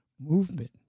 movement